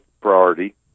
priority